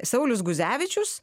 saulius guzevičius